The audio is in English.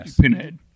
pinhead